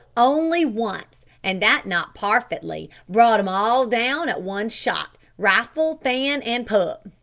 only once, and that not parfetly. brought em all down at one shot rifle, fan, an' pup!